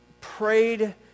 prayed